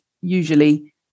usually